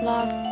Love